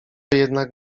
jednak